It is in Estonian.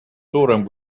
suurem